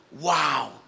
Wow